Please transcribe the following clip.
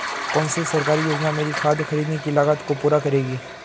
कौन सी सरकारी योजना मेरी खाद खरीदने की लागत को पूरा करेगी?